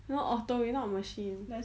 no auto we're not a machine